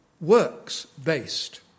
works-based